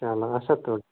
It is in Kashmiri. چلو اسا تُل